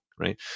Right